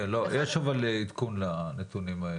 לא, אבל יש עדכון לנתונים האלה.